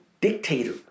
Dictator